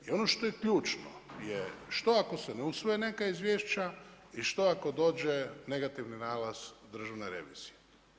I ono što je ključno je što ako se ne usvoje neka izvješća i što ako dođe negativni nalaz Državne revizije?